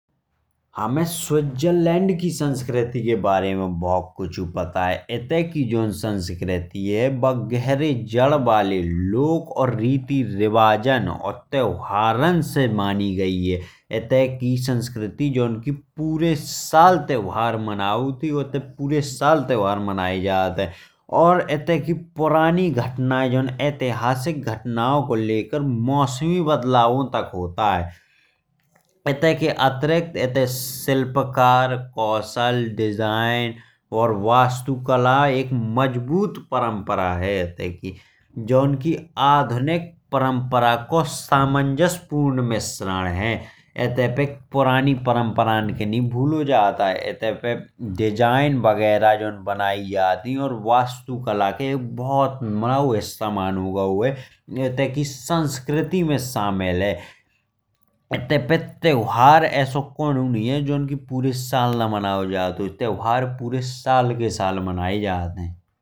हमें स्विट्जरलैंड की संस्कृति के बारे में बहुत कुछ पता है। इतते की जॉन संस्कृति है वह गहरे जड़ वाले लोक रीति रिवाजों और त्योहारों से मानी गई है। इतते की संस्कृति जौन की पूरे साल त्योहार मनात ही मतलब पूरे साल त्योहार मनाए जाते हैं। और इतते की पुरानी घटनाएं जौन की ऐतिहासिक घटनाओं को लेकर मौसमी बदलाव तक होता है। इतते के अतिरिक्त इतते शिल्पकार कौशल डिजाइन और वास्तु कला एक मजबूत परंपरा है। देखिये जॉन की आधुनिक परंपरा को सामंजस्यपूर्ण मिश्रण है इतते पे पुरानी परंपरा के नहीं भुलो जात है। इतते पे डिज़ाइन वगैरा जौन बनाई जात ही और वास्तु कला के एक बड़ो हिस्सा मानो गाओ है। जौन इतते की संस्कृति में शामिल है इतते पे त्योहार एसो कोन्हौ नहीं। आ जौन की पूरे साल ना मनाइ जात होए त्योहार पूरे साल के साल मनाए जात हैं।